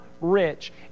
rich